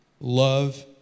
Love